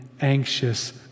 anxious